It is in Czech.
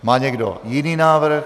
Má někdo jiný návrh?